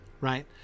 right